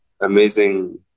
amazing